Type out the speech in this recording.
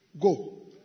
Go